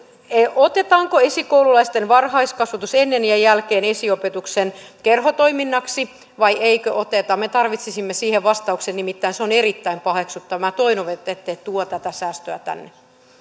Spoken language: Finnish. otetaanko esikoululaisten varhaiskasvatus ennen ja jälkeen esiopetuksen kerhotoiminnaksi vai eikö oteta me tarvitsisimme siihen vastauksen nimittäin se on erittäin paheksuttavaa minä toivon että ette tuo tätä säästöä tänne